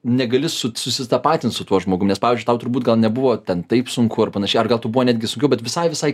negali sut susitapatint su tuo žmogum nes pavyzdžiui tau turbūt gal nebuvo ten taip sunku ar panašiai ar gal tau buvo netgi sunkiau bet visai visai